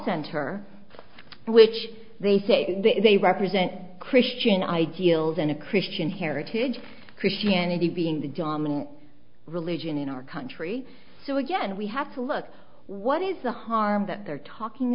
center which they say they represent christian ideals in a christian heritage christianity being the dominant religion in our country so again we have to look what is the harm that they're talking